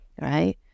Right